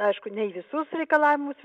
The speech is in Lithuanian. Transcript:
aišku ne į visus reikalavimus